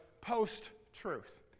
post-truth